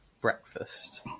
breakfast